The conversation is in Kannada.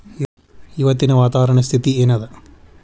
ಇವತ್ತಿನ ವಾತಾವರಣ ಸ್ಥಿತಿ ಏನ್ ಅದ?